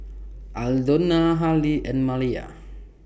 Aldona Hali and Maliyah